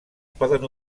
poden